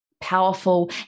powerful